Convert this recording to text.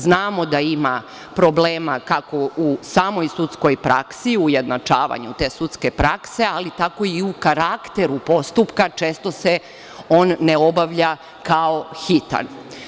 Znamo da ima problema kako u samoj sudskoj praksi, u ujednačavanju te sudske prakse, ali tako i u karakteru postupka, često se on ne obavlja kao hitan.